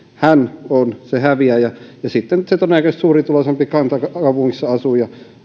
on se häviäjä se todennäköisesti suurituloisempi kantakaupungissa asuja